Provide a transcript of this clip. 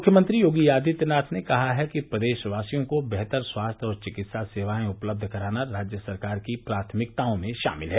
मुख्यमंत्री योगी आदित्यनाथ ने कहा कि है प्रदेशवासियों को बेहतर स्वास्थ्य और चिकित्सा सेवाएं उपलब्ध कराना राज्य सरकार की प्राथमिकताओं में शामिल है